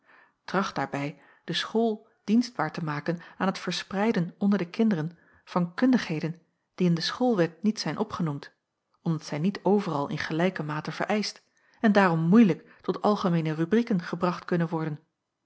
tracht daarbij de school dienstbaar te maken aan het verspreiden onder de kinderen van kundigheden die in de schoolwet niet zijn opgenoemd omdat zij niet overal in gelijke mate vereischt en daarom moeilijk tot algemeene rubrieken gebracht kunnen worden